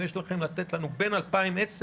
אחרי שהולכים לתת לנו בין 2010,